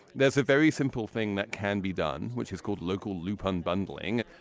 that's a very simple thing that can be done, which is called local loop unbundling.